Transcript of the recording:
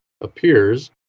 appears